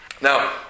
Now